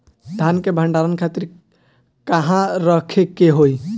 धान के भंडारन खातिर कहाँरखे के होई?